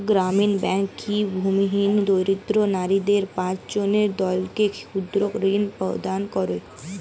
গ্রামীণ ব্যাংক কি ভূমিহীন দরিদ্র নারীদের পাঁচজনের দলকে ক্ষুদ্রঋণ প্রদান করে?